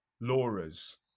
Laura's